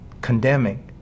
condemning